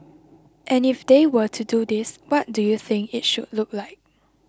and if they were to do this what do you think it should look like